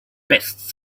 best